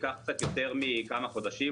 ייקח קצת יותר מכמה חודשים,